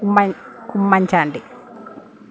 Oommen Oommen Chandy